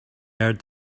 heard